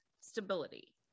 stability